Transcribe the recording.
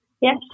Yes